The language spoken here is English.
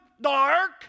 dark